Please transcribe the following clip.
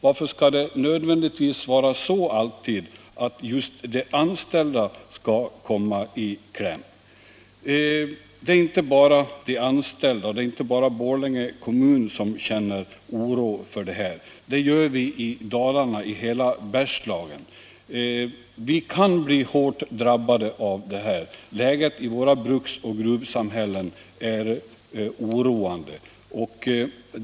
Varför skall nödvändigtvis alltid just de anställda komma i kläm? Det är inte bara de anställda och det är inte bara Borlänge kommun som känner oro — det gör vi i hela Dalarna och i Bergslagen. Vi kan bli hårt drabbade. Läget i våra bruks och gruvsamhällen är oroande.